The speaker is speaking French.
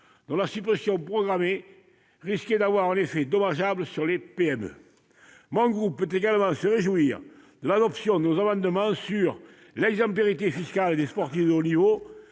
dont la suppression programmée risque d'avoir un effet dommageable sur les PME. Mon groupe peut également se réjouir de l'adoption de ses amendements sur l'exemplarité fiscale des sportifs de haut niveau,